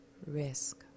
risk